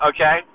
Okay